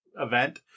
event